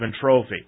Trophy